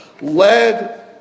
led